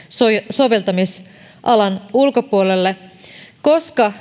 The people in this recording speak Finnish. soveltamisalan ulkopuolelle koska